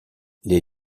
les